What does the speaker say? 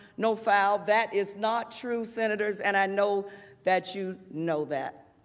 no foul, that is not true senators. and i know that you know that.